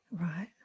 Right